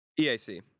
EAC